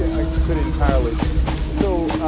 i could entirely b so